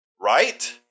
right